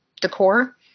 decor